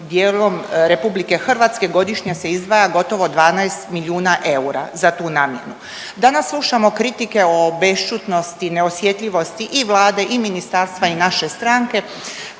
dijelom RH godišnje se izdvaja gotovo 12 milijuna eura za tu namjenu. Danas slušamo kritike o o bešćutnosti i neosjetljivosti i Vlade i ministarstva i naše stranke